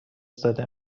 زده